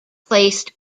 placed